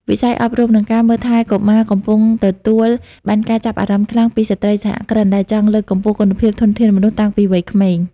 វិស័យអប់រំ និងការមើលថែកុមារកំពុងទទួលបានការចាប់អារម្មណ៍ខ្លាំងពីស្ត្រីសហគ្រិន ដែលចង់លើកកម្ពស់គុណភាពធនធានមនុស្សតាំងពីវ័យក្មេង។